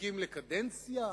מחוקקים לקדנציה?